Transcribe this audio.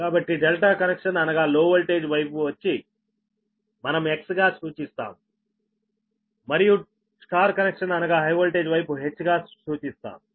కాబట్టి ∆ కనెక్షన్ అనగా లో వోల్టేజ్ వైపు వచ్చి మనం X గా సూచిస్తాం మరియు Y కనెక్షన్ అనగా హై వోల్టేజ్ వైపు H గా సూచిస్తాం